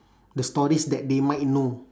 the stories that they might know